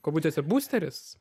kabutėse būsteris